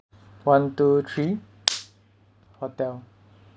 one two three hotel